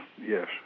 yes